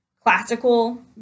classical